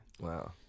Wow